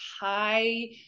high